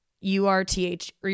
U-R-T-H